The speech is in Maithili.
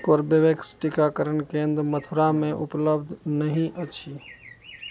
कोरबेवेक्स टीकाकरण केन्द्र मथुरामे उपलब्ध नहि अछि